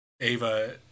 Ava